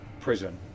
prison